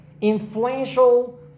influential